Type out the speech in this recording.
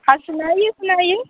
हँ सुनाइए सुनाइए